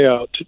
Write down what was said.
out